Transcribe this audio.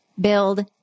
build